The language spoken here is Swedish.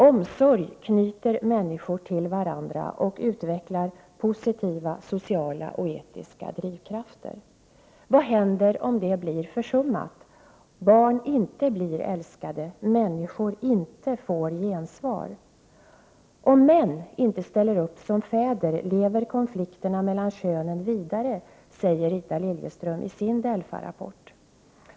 Omsorg knyter människor till varandra och utvecklar positiva sociala och etiska drivkrafter. Vad händer om det blir försummat — om barn inte blir älskade, om människor inte får gensvar? Om män inte ställer upp som fäder lever konflikterna mellan könen vidare, säger Rita Liljeström i sin Delfa-rapport.